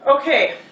Okay